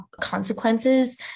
consequences